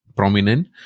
prominent